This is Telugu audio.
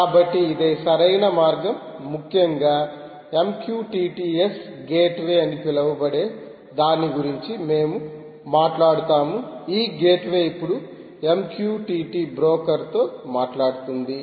కాబట్టి ఇది సరైన మార్గం ముఖ్యంగా MQTT S గేట్వే అని పిలవబడే దాని గురించి మేము మాట్లాడుతాము ఈ గేట్వే ఇప్పుడు MQTT బ్రోకర్తో మాట్లాడుతుంది